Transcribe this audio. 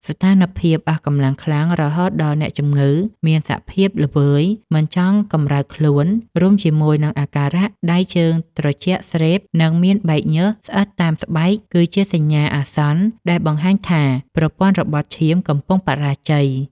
ស្ថានភាពអស់កម្លាំងខ្លាំង រហូតដល់អ្នកជំងឺមានសភាពល្វើយមិនចង់កម្រើកខ្លួន រួមជាមួយនឹងអាការៈដៃជើងត្រជាក់ស្រេប និងមានបែកញើសស្អិតតាមស្បែក គឺជាសញ្ញាអាសន្នដែលបង្ហាញថាប្រព័ន្ធរបត់ឈាមកំពុងបរាជ័យ។